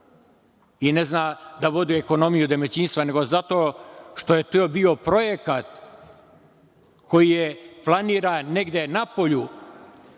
i ne zna da vodi ekonomiju domaćinstva, nego zato što je to bio projekat koji je planiran negde napolju,